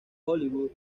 hollywood